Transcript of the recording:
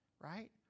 Right